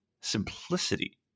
simplicity